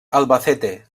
albacete